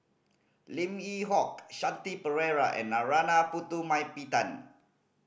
Lim Yew Hock Shanti Pereira and Narana Putumaippittan